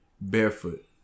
Barefoot